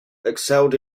excelled